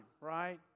right